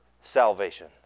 salvation